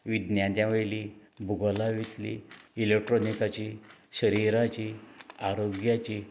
विज्ञाना वयली भुगोला वेसली इलॅक्ट्रॉनिकाची शरिराची आरोग्याची